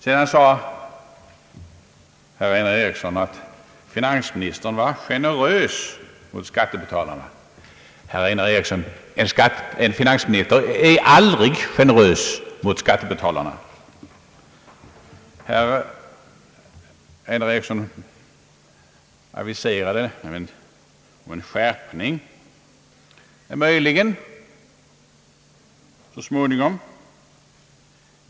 Sedan sade herr Einar Eriksson att finansministern var generös mot skattebetalarna. En finansminister är aldrig generös mot skattebetalarna. Herr Einar Eriksson aviserade att det möjligen blir en skärpning av beskattningen så småningom.